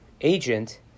agent